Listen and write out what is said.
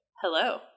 Hello